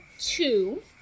two